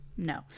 No